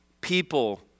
people